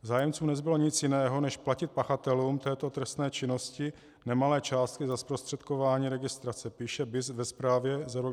Zájemcům nezbylo nic jiného než platit pachatelům této trestné činnosti nemalé částky za zprostředkování registrace, píše BIS ve zprávě za rok 2013.